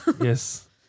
Yes